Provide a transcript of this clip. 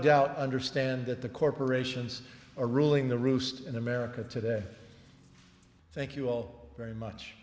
doubt understand that the corporations are ruling the roost in america today thank you all very much